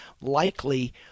likely